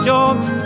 Jobs